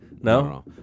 No